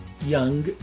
young